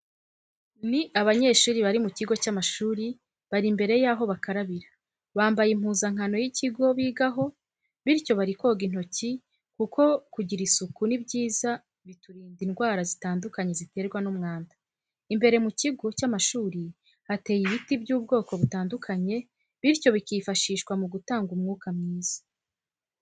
Ni abanyeshuri bari mu kigo cy'amashuri, bari imbere yaho bakarabira, bambaye Impuzankano y'ikigo bigaho. Bityo bari koga intoki kuko kugira isuku ni byiza biturinda indwara zitandukanye ziterwa n'umwanda, imbere mu kigo cy'amashuri hateye ibiti by'ubwoko butandukanye bityo bikifashishwa mugutanga umwuka mwiza.